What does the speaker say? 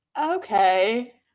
okay